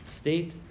state